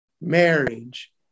marriage